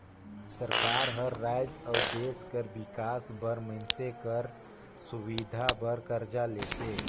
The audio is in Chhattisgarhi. सरकार हर राएज अउ देस कर बिकास बर मइनसे कर सुबिधा बर करजा लेथे